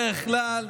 בדרך כלל,